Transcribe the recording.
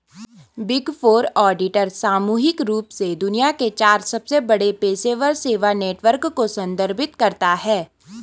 big Four auditor सामूहिक रूप से दुनिया के चार सबसे बड़े पेशेवर सेवा नेटवर्क को संदर्भित करता है